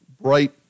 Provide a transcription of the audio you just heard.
bright